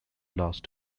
lost